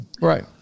Right